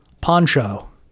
poncho